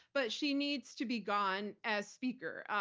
but she needs to be gone as speaker.